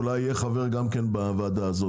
אולי יהיה חבר גם כן בוועדה הזאת,